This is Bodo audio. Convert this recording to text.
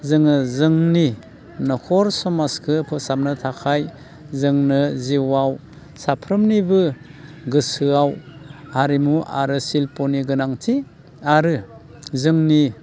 जोङो जोंनि न'खर समाजखो फोसाबनो थाखाय जोंनो जिउआव साफ्रोमनिबो गोसोआव हारिमु आरो शिल्पनि गोनांथि आरो जोंनि